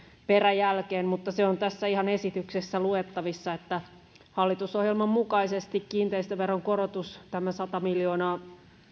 peräjälkeen mutta se on ihan tästä esityksestä luettavissa että hallitusohjelman mukaisesti kiinteistöveron korotus tämä sata miljoonaa